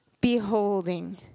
beholding